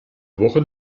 woche